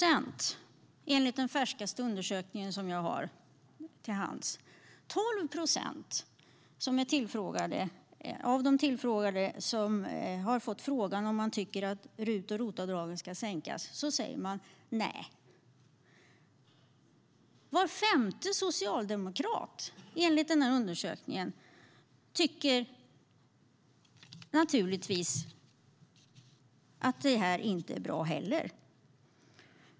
Enligt den färskaste undersökning som jag har till hands säger 12 procent av dem som fått frågan om de tycker att RUT och ROT-avdragen ska sänkas ja. Var femte socialdemokrat tycker enligt undersökningen att det här är bra.